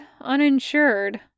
uninsured